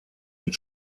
mit